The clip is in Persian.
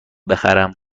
بخرم